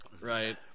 right